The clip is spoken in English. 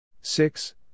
six